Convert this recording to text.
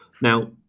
Now